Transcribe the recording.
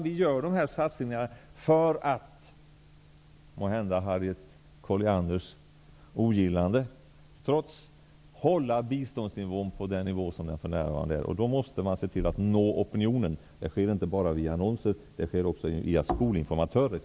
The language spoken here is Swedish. Vi gör dessa satsningar för att -- möjligen trots Harriet Collianders ogillande -- hålla biståndet på den nuvarande nivån. Man måste då se till att nå opinionen. Det sker inte bara via annonser, utan det sker t.ex. också via skolinformatörer.